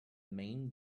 main